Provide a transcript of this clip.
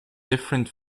different